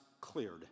cleared